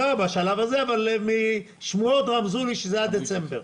לא, בשלב הזה, אבל שמועות רמזו לי שזה עד דצמבר.